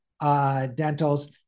dentals